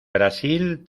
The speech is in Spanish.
brasil